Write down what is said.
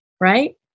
right